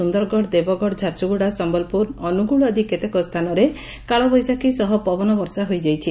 ସୁନ୍ଦରଗଡ ଦେବଗଡ ଝାରସୁଗୁଡା ସନ୍ନଲପୁର ଅନୁଗୁଳ ଆଦି କେତେକ ସ୍ଥାନରେ କାଳବୈଶାଖୀ ସହ ପବନ ବର୍ଷା ହୋଇଯାଇଛି